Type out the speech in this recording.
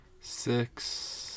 Six